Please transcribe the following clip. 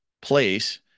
place